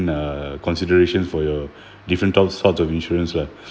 uh considerations for your different thoughts how to insurance [what]